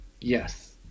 Yes